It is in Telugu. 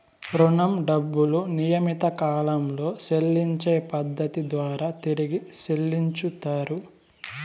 రుణం డబ్బులు నియమిత కాలంలో చెల్లించే పద్ధతి ద్వారా తిరిగి చెల్లించుతరు